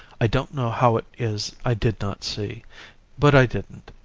i don't know how it is i did not see but i didn't.